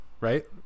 right